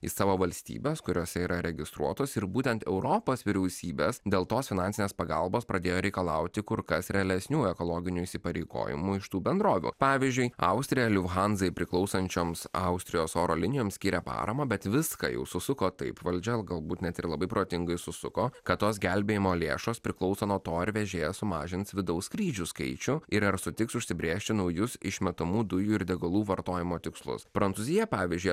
į savo valstybes kuriose yra registruotos ir būtent europos vyriausybes dėl tos finansinės pagalbos pradėjo reikalauti kur kas realesnių ekologinių įsipareigojimų iš tų bendrovių pavyzdžiui austrija liuft hanzai priklausančioms austrijos oro linijoms skiria paramą bet viską jau susuko taip valdžia galbūt net ir labai protingai susuko kad tos gelbėjimo lėšos priklauso nuo to ar vežėjas sumažins vidaus skrydžių skaičių ir ar sutiks užsibrėžti naujus išmetamų dujų ir degalų vartojimo tikslus prancūzija pavyzdžiui